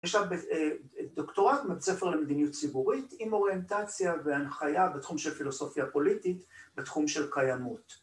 יש שם דוקטורט בבית ספר למדיניות ציבורית עם אוריינטציה והנחיה בתחום של פילוסופיה פוליטית, בתחום של קיימות.